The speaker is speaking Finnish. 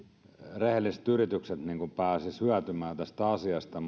rehelliset yritykset pääsisivät hyötymään tästä asiasta